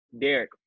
Derek